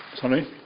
Sorry